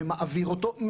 ומעביר אותו.